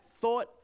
thought